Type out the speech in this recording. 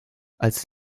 als